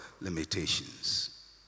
limitations